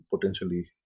potentially